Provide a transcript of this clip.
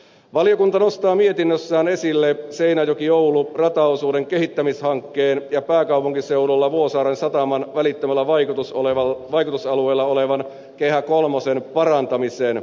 valiokunta nostaa mietinnössään esille seinäjokioulu rataosuuden kehittämishankkeen ja pääkaupunkiseudulla vuosaaren sataman välittömällä vaikutusalueella olevan kehä kolmosen parantamisen